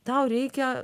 tau reikia